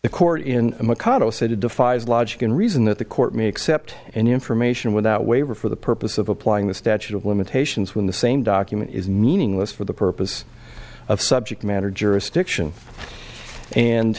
said it defies logic and reason that the court may accept information without waiver for the purpose of applying the statute of limitations when the same document is nene english for the purpose of subject matter jurisdiction and